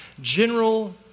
general